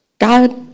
God